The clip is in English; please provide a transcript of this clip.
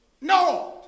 no